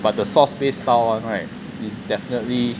but the sauce base style [one] right is definitely